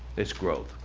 this growth.